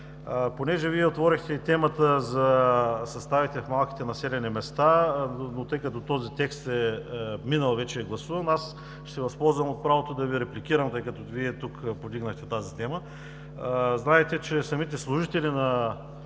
Понеже Вие отворихте темата за съставите в малките населени места, тъй като този текст вече е минал и е гласуван, ще се възползвам от правото си да Ви репликирам, тъй като Вие повдигнахте тази тема. Знаете, че самите служители на